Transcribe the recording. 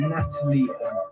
Natalie